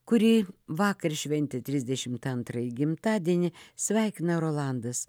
kuri vakar šventė trisdešimt antrąjį gimtadienį sveikina rolandas